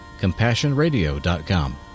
CompassionRadio.com